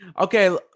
Okay